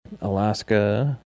Alaska